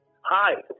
Hi